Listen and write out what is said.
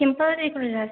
सिमपोल जेखुनुजा